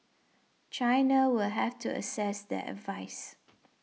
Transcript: China will have to assess their advice